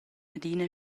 adina